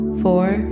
four